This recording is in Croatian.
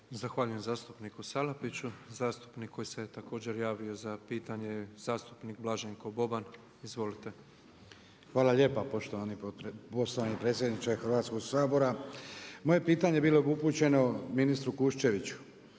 Zahvaljujem zastupniku Salapiću. Zastupnik koji se također javio za pitanje je zastupnik Blaženko Boban, izvolite. **Boban, Blaženko (HDZ)** Hvala lijepo poštovani predsjedniče Hrvatskoga sabora. Moje pitanje bilo bi upućeno ministru Kuščeviću.